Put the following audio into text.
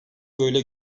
böyle